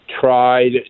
tried